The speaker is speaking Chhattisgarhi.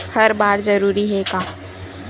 हर बार जरूरी हे का?